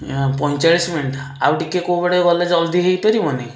ଆ ପଇଁଚାଳିଶ ମିନିଟ୍ ଆଉ ଟିକିଏ କେଉଁବାଟେ ଗଲେ ଜଲଦି ହେଇପାରିବନି